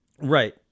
right